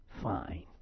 fine